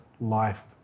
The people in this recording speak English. life